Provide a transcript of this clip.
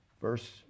Verse